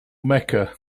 mecca